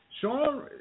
Sean